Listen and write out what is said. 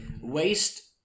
Waste